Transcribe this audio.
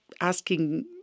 asking